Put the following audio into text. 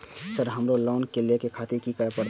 Sir हमरो loan देखें खातिर की करें परतें?